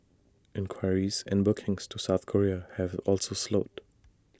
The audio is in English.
inquiries and bookings to south Korea have also slowed